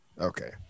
Okay